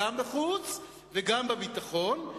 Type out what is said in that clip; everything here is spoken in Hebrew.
גם בחוץ וגם בביטחון.